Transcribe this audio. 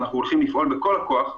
אנחנו הולכים לפעול בכל הכוח,